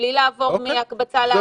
בלי לעבור מהקבצה להקבצה.